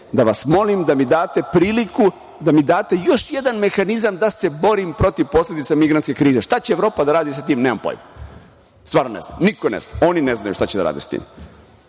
da vas molim da mi date priliku, da mi date još jedan mehanizam da se borim protiv posledica migrantske krize. Šta će Evropa da radi sa tim? Nemam pojma, stvarno ne znam, niko ne zna. Oni ne znaju šta će da rade sa tim,